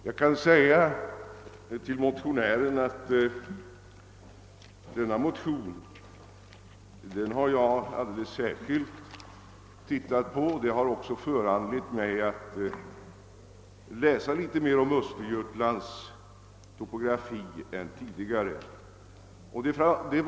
Jag har alldeles särskilt studerat denna motion, och den har föranlett mig att läsa litet mera om Östergötlands topografi än jag tidigare gjort.